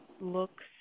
looks